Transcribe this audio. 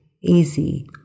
easy